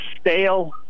stale